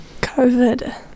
COVID